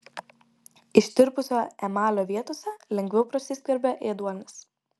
ištirpusio emalio vietose lengviau prasiskverbia ėduonis